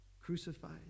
crucified